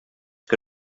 que